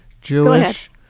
Jewish